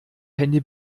handy